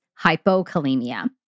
hypokalemia